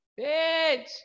Bitch